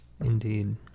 Indeed